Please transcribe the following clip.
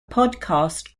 podcast